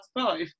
five